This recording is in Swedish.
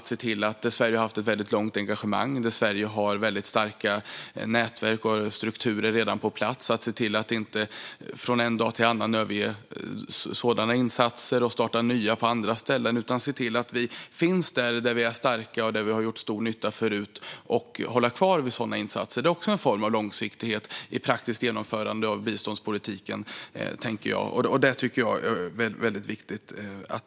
Sverige har haft ett långt engagemang och har redan starka nätverk och strukturer på plats. Det handlar om att se till att inte från en dag till en annan överge sådana insatser och starta nya på andra ställen. Vi ska finnas där vi är starka och har gjort stor nytta förut och hålla kvar vid sådana insatser. Det är också en form av långsiktighet i praktiskt genomförande av biståndspolitiken. Det är viktigt.